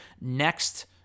next